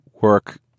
work